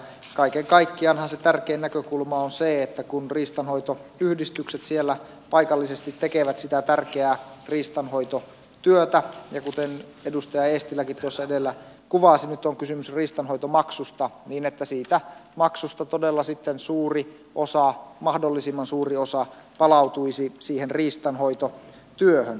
kaiken kaikkiaanhan se tärkein näkökulma on se että kun riistanhoitoyhdistykset siellä paikallisesti tekevät sitä tärkeää riistanhoitotyötä ja kuten edustaja eestiläkin tuossa edellä kuvasi nyt on kysymys riistanhoitomaksusta niin siitä maksusta sitten todella suuri osa mahdollisimman suuri osa palautuisi siihen riistanhoitotyöhön